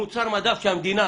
מוצר המדף שהמדינה